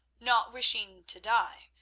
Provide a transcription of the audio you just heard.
not wishing to die,